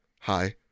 hi